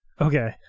Okay